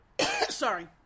sorry